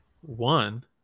one